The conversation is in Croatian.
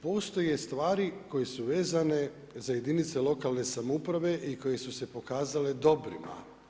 Postoje stvari koje su vezane za jedinice lokalne samouprave i koje su se pokazale dobrima.